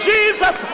Jesus